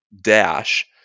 dash